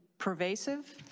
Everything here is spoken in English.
pervasive